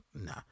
nah